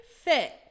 fit